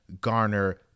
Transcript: garner